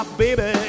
baby